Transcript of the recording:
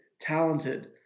talented